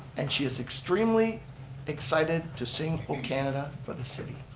and she is extremely excited to sing o, canada for the city.